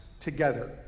together